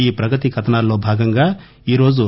ఈ ప్రగతి కధనాలలో భాగంగా ఈ రోజు